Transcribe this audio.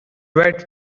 wet